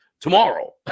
Tomorrow